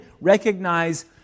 recognize